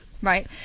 Right